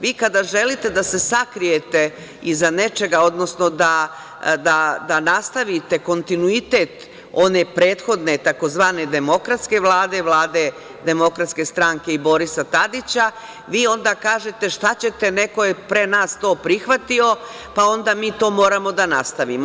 Vi kada želite da se sakrijete iza nečega, odnosno da nastavite kontinuitet one prethodne, tzv. demokratske Vlade, Vlade DS i Borisa Tadića, vi onda kažete – šta ćete, neko je pre nas to prihvatio, pa onda mi to moramo da nastavimo.